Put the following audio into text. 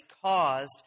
caused